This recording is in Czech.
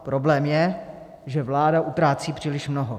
Problém je, že vláda utrácí příliš mnoho.